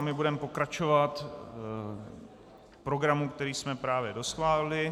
My budeme pokračovat v programu, který jsme právě schválili.